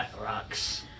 rocks